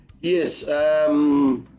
Yes